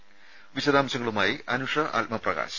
audio വിശദാംശങ്ങളുമായി അനുഷ ആത്മപ്രകാശ്